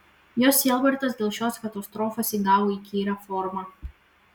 jos sielvartas dėl šios katastrofos įgavo įkyrią formą